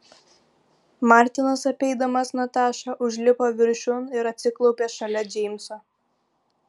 martinas apeidamas natašą užlipo viršun ir atsiklaupė šalia džeimso